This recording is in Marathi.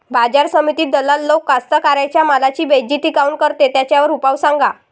बाजार समितीत दलाल लोक कास्ताकाराच्या मालाची बेइज्जती काऊन करते? त्याच्यावर उपाव सांगा